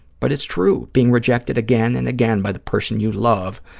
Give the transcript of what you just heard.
but it's true. being rejected again and again by the person you love,